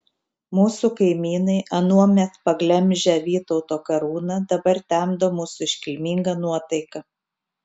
mūsų kaimynai anuomet paglemžę vytauto karūną dabar temdo mūsų iškilmingą nuotaiką